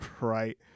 Right